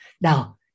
Now